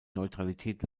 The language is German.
neutralität